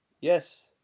Yes